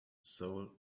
soul